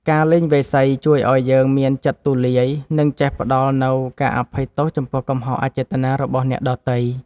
ការលេងវាយសីជួយឱ្យយើងមានចិត្តទូលាយ និងចេះផ្ដល់នូវការអភ័យទោសចំពោះកំហុសអចេតនារបស់អ្នកដទៃ។